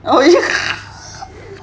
oh